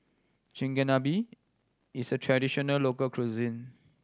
Chigenabe is a traditional local cuisine